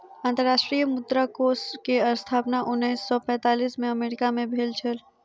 अंतर्राष्ट्रीय मुद्रा कोष के स्थापना उन्नैस सौ पैंतालीस में अमेरिका मे भेल छल